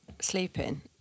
sleeping